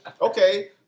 Okay